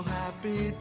happy